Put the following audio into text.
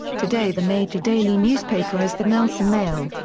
today the major daily newspaper is the nelson mail,